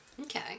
Okay